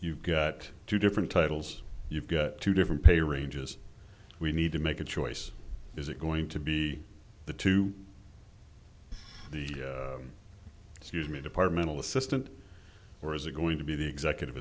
you've got two different titles you've got two different pay ranges we need to make a choice is it going to be the to the excuse me departmental assistant or is it going to be the executive